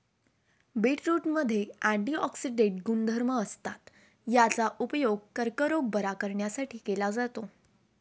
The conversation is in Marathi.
बीटरूटमध्ये अँटिऑक्सिडेंट गुणधर्म असतात, याचा उपयोग कर्करोग बरा करण्यासाठी केला जातो